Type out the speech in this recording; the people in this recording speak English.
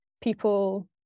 people